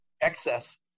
excess